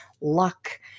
luck